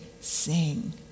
sing